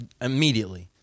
immediately